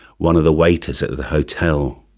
one of the waiters at the hotel